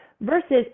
versus